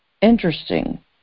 interesting